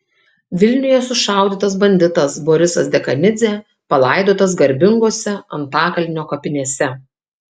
vilniuje sušaudytas banditas borisas dekanidzė palaidotas garbingose antakalnio kapinėse